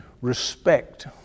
respect